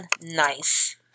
Nice